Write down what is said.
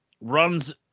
runs